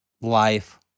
life